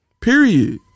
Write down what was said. period